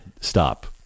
Stop